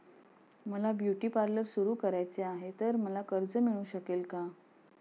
मला beauty parlour सुरू करायचे आहे तर मला कर्ज मिळू शकेल का?